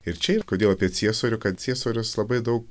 ir čia ir kodėl apie ciesorių kad ciesorius labai daug